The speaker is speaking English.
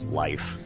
life